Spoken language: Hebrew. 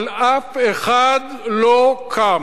אבל אף אחד לא קם,